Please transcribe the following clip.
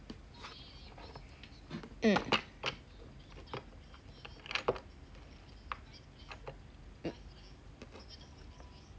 mm